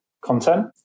content